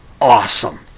awesome